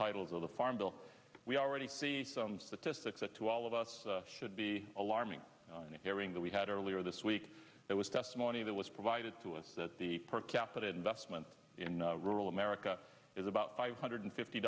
titles of the farm bill we already see some statistics that to all of us should be alarming hearing that we had earlier this week there was testimony that was provided to us that the per capita investment in rural america is about five hundred fifty